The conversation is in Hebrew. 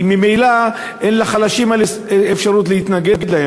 כי ממילא אין לחלשים אפשרות להתנגד לכך.